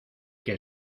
que